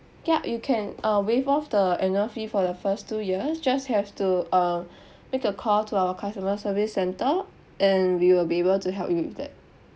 ya you can uh waive off the annual fee for the first two years just have to uh make a call to our customer service centre and we will be able to help you with that